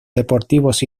deportivos